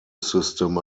system